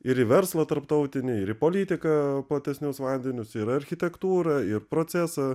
ir į verslą tarptautinį ir į politiką platesnius vandenius ir architektūrą ir procesą